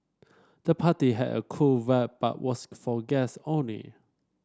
the party had a cool vibe but was for guest only